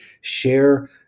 share